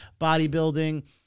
bodybuilding